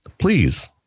Please